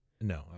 No